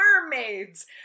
mermaids